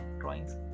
drawings